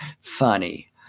funny